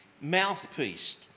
mouthpiece